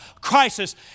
crisis